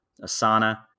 Asana